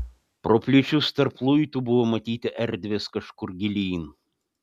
pro plyšius tarp luitų buvo matyti erdvės kažkur gilyn